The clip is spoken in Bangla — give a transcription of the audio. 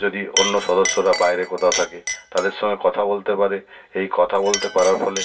যদি অন্য সদস্যরা বাইরে কোথাও থাকে তাদের সঙ্গে কথা বলতে পারে এই কথা বলতে পারার ফলে